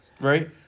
Right